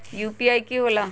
UPI कि होला?